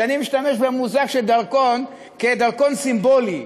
שאני משתמש במושג של דרכון כדרכון סימבולי.